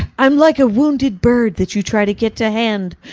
i'm like a wounded bird that you try to get to hand.